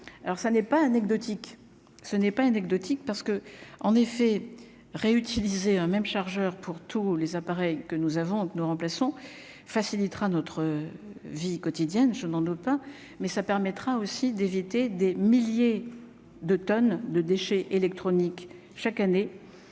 ce n'est pas un anecdotique parce que en effet réutilisé Un même chargeur pour tous les appareils que nous avons, nous remplaçons facilitera notre vie quotidienne, je n'en doute pas, mais ça permettra aussi d'éviter des milliers de tonnes de déchets électroniques chaque année